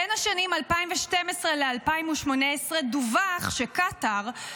בין השנים 2012 ו-2018 דווח שקטאר,